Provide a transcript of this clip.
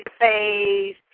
phase